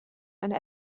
and